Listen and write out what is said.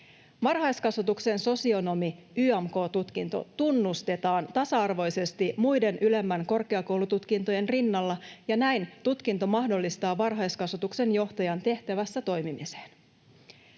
Varhaiskasvatuksen sosionomi (YAMK) ‑tutkinto tunnustetaan tasa-arvoisesti muiden ylempien korkeakoulututkintojen rinnalla, ja näin tutkinto mahdollistaa varhaiskasvatuksen johtajan tehtävässä toimimisen.